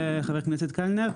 חבר הכנסת קלנר.